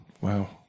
wow